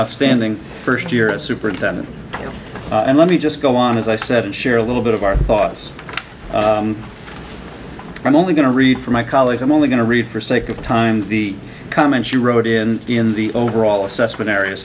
outstanding first year as superintendent and let me just go on as i said and share a little bit of our thoughts i'm only going to read for my colleagues i'm only going to read for sake of time the comments you wrote in in the overall assessment areas